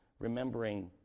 remembering